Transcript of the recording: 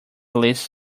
list